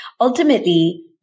ultimately